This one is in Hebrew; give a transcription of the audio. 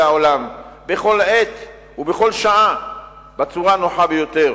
העולם בכל עת ובכל שעה בצורה הנוחה ביותר.